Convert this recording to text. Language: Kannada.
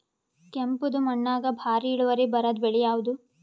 ಕೆಂಪುದ ಮಣ್ಣಾಗ ಭಾರಿ ಇಳುವರಿ ಬರಾದ ಬೆಳಿ ಯಾವುದು?